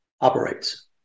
operates